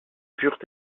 purent